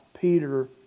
Peter